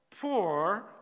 poor